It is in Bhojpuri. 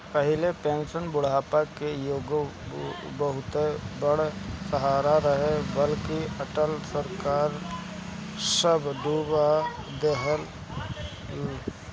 पहिले पेंशन बुढ़ापा के एगो बहुते बड़ सहारा रहे बाकि अटल सरकार सब डूबा देहलस